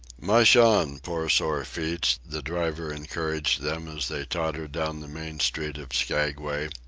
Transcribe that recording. mush on, poor sore feets, the driver encouraged them as they tottered down the main street of skaguay.